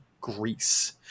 Greece